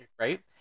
Right